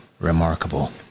Remarkable